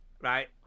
Right